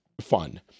fun